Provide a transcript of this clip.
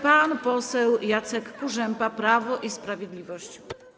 Pan poseł Jacek Kurzępa, Prawo i Sprawiedliwość.